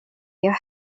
your